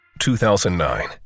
2009